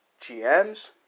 GMs